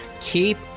keep